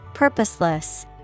Purposeless